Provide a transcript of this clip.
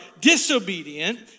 disobedient